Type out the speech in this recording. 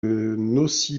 nosy